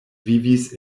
vivis